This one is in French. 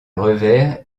revers